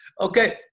Okay